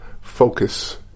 focus